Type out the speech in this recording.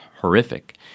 horrific